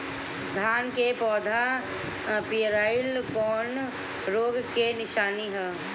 धान के पौधा पियराईल कौन रोग के निशानि ह?